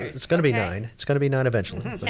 it's gonna be nine. it's gonna be nine eventually,